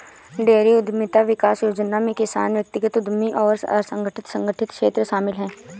dairy उद्यमिता विकास योजना में किसान व्यक्तिगत उद्यमी और असंगठित संगठित क्षेत्र शामिल है